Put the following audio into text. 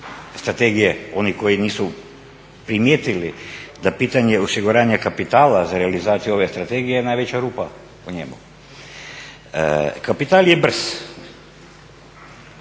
strategije, oni koji nisu primijetili da pitanje osiguranja kapitala za realizaciju ove strategije je najveća rupa u njemu. Kapital je brz,